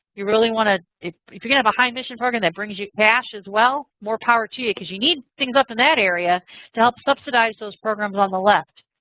you really want to if if you you have a high mission program that brings you cash as well, more power to you. because you need things in that area to help subsidize those programs on the left.